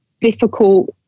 difficult